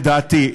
לדעתי,